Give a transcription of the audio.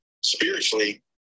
spiritually